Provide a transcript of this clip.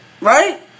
right